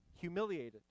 humiliated